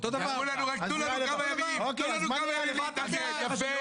אמרו לנו: תנו לנו רק כמה ימים להתקין תקנות.